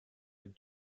with